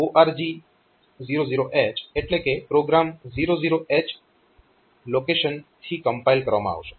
ORG 00H એટલે કે program 00H લોકેશનથી કમ્પાઈલ કરવામાં આવશે